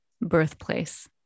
birthplace